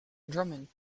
drummond